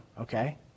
Okay